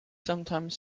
sometimes